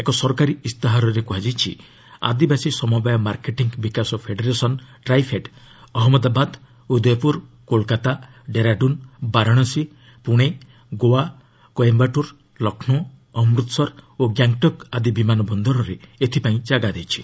ଏକ ସରକାରୀ ଇସ୍ତାହାରରେ କୃହାଯାଇଛି ଆଦିବାସୀ ସମବାୟ ମାର୍କେଟିଂ ବିକାଶ ଫେଡେରେସନ୍ ଟ୍ରାଇଫେଡ୍ ଅହମ୍ମଦାବାଦ ଉଦୟପୁର କୋଲ୍କାତା ଡେରାଡୁନ୍ ବାରାଣାସୀ ପୁଣେ ଗୋଆ କୋଏମ୍ଭାଟୁର୍ ଲକ୍ଷ୍ରୌ ଅମୃତସର ଓ ଗ୍ୟାଙ୍ଗ୍ଟକ୍ ଆଦି ବିମାନ ବନ୍ଦରରେ ଏଥିପାଇଁ ଜାଗା ଦେଇଛି